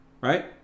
right